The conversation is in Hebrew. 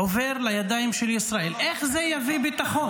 עובר לידיים של ישראל, איך זה יביא ביטחון?